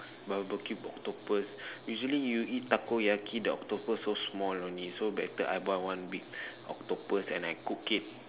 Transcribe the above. barbecue octopus usually you eat takoyaki the octopus so small only so better I buy one big octopus and I cook it